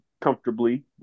comfortably